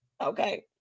Okay